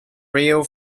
rail